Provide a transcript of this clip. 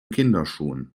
kinderschuhen